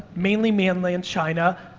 mainly mainland china,